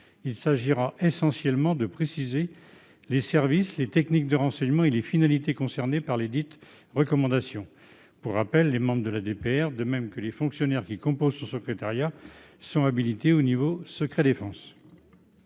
Il s'agira essentiellement de préciser les services, les techniques de renseignement et les finalités concernés par lesdites recommandations. Pour rappel, les membres de la délégation, de même que les fonctionnaires composant son secrétariat, sont habilités au niveau « secret-défense